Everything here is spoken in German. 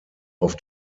auf